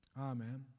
Amen